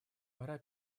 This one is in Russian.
пора